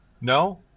No